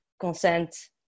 consent